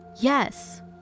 Yes